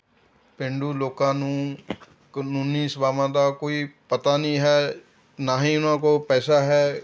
ਪੇਂਡੂ ਲੋਕਾਂ ਨੂੰ ਕਾਨੂੰਨੀ ਸੇਵਾਵਾਂ ਦਾ ਕੋਈ ਪਤਾ ਨਹੀਂ ਹੈ ਨਾ ਹੀ ਉਹਨਾਂ ਕੋਲ ਪੈਸਾ ਹੈ